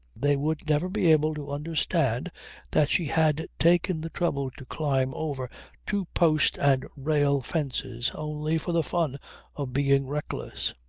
they would never be able to understand that she had taken the trouble to climb over two post-and-rail fences only for the fun of being reckless.